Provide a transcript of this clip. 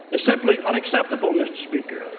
it's simply unacceptable, mr. speaker.